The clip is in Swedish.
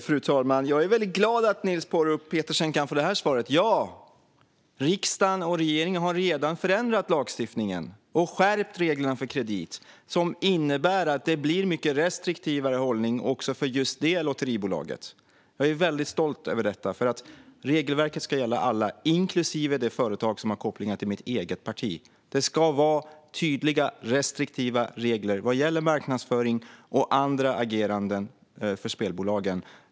Fru talman! Jag är väldigt glad över att Niels Paarup-Petersen kan få detta svar: Ja, riksdagen och regeringen har redan förändrat lagstiftningen och skärpt reglerna för kredit, vilket innebär att det blir en mycket restriktivare hållning också för just detta lotteribolag. Jag är väldigt stolt över detta. Regelverket ska gälla alla, inklusive det företag som har kopplingar till mitt eget parti. Det ska vara tydliga restriktiva regler vad gäller marknadsföring och andra ageranden för spelbolagen.